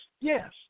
yes